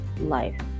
life